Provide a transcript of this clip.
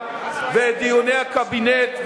ואת דיוני הקבינט,